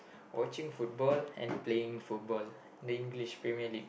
watching football and playing football the English Premier League